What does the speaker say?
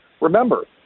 remember